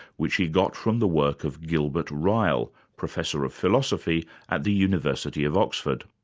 which he got from the work of gilbert ryle, professor of philosophy at the university of oxford.